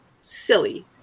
silly